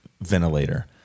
ventilator